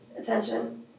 Attention